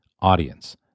audience